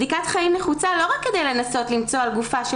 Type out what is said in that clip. בדיקת חיים נחוצה לא רק לנסות למצוא על גופה של